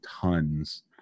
tons